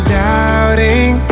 doubting